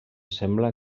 sembla